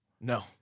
No